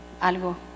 algo